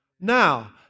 Now